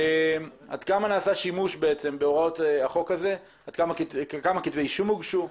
עד כמה נעשה שימוש בהוראות החוק הזה וכמה כתבי אישום הוגשו.